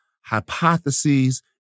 hypotheses